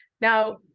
now